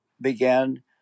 began